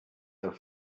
have